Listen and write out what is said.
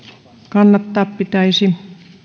kannattaa pitäisi